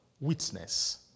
witness